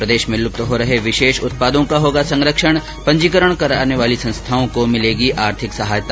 प्रदेश में लुप्त हो रहे विशेष उत्पादों का होगा संरक्षण पंजीकरण कराने वाली संस्थाओं को मिलेगी आर्थिक सहायता